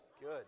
good